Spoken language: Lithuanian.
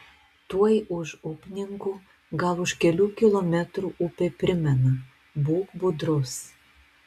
tuoj už upninkų gal už kelių kilometrų upė primena būk budrus